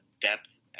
depth